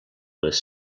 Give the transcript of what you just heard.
les